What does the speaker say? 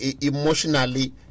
Emotionally